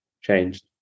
changed